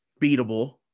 beatable